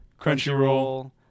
Crunchyroll